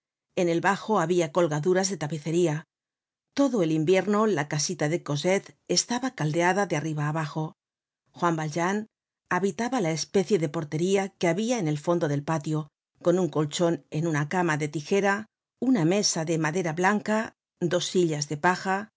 en el bajo habia colgaduras de tapicería todo el invierno la casita de cosette estaba caldeada de arriba abajo juan valjean habitaba la especie de portería que habia en el fondo del patio con un colchon en una cama de tijera una mesa de madera blanca dos sillas de paja un